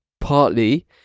partly